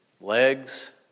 legs